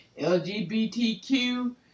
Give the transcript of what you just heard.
LGBTQ